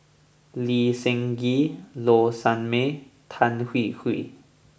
Lee Seng Gee Low Sanmay Tan Hwee Hwee